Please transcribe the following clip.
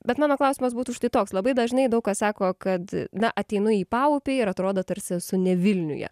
bet mano klausimas būtų štai toks labai dažnai daug kas sako kad na ateinu į paupį ir atrodo tarsi esu ne vilniuje